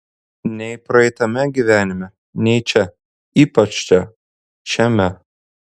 nei praeitame gyvenime nei čia ypač čia šiame